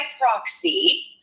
proxy